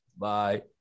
Bye